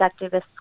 activists